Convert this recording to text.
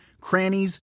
crannies